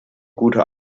gute